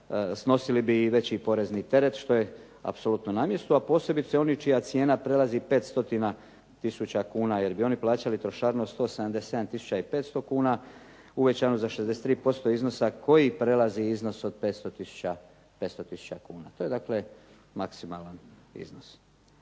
snosili bi i veći porezni teret što je apsolutno na mjestu, a posebice oni čija cijena prelazi 5 stotina tisuća kuna, jer bi oni plaćali trošarinu od 177 tisuća i 500 kuna uvećanu za 63% iznosa koji prelazi iznos od 500 tisuća kuna. To je dakle maksimalan iznos.